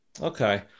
okay